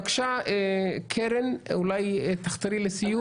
בבקשה, קרן, אולי תחתרי לסיום?